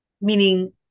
meaning